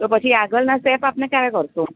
તો પછી આગળના સ્ટેપ આપણે ક્યારે કરશું